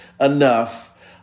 enough